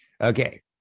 okay